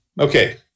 Okay